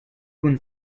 kun